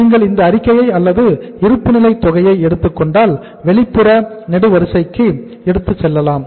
நீங்கள் இந்த அறிக்கையை அல்லது இருப்புநிலை தொகையை எடுத்துக் கொண்டால் வெளிப்புற நெடுவரிசைக்கு எடுத்துச் செல்லலாம்